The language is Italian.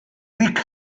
rick